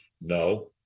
No